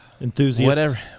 Enthusiasts